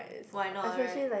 why not right